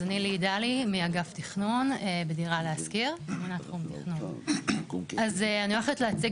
אז אני ליהי דרלי מאגף תכנון בדירה להשכיר ואני הולכת להציג